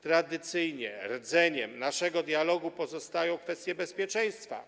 Tradycyjnie rdzeniem naszego dialogu pozostają kwestie bezpieczeństwa.